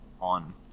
on